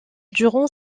durant